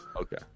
Okay